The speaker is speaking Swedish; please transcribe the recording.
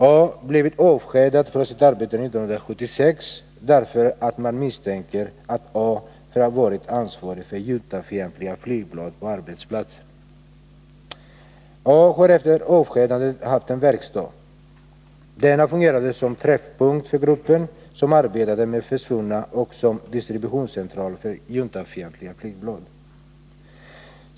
A blev avskedad från sitt arbete 1976 därför att man misstänker att han varit ansvarig för juntafientliga flygblad på arbetsplatsen. A har efter avskedandet haft en verkstad. Denna fungerade som träffpunkt för gruppen som arbetade med försvunna och som distributionscentral för juntafientliga flygblad.